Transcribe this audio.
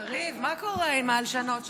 קריב, מה קורה עם ההלשנות שלך,